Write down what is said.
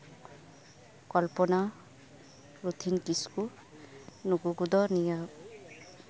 ᱠᱚᱞᱯᱚᱱᱟ ᱨᱚᱛᱷᱤᱱ ᱠᱤᱥᱠᱩ ᱱᱩᱠᱩ ᱠᱚᱫᱚ ᱱᱤᱭᱟᱹ